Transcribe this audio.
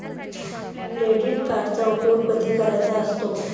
Credit कार्डचा उपयोग कधी करायचा असतो?